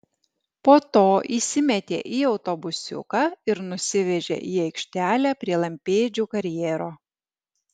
po to įsimetė į autobusiuką ir nusivežė į aikštelę prie lampėdžių karjero